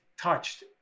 touched